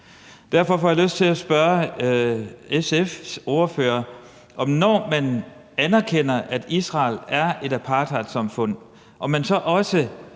Derfor får jeg lyst til at spørge SF's ordfører, om man – når man anerkender, at Israel er et apartheidsamfund